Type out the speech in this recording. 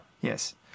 yes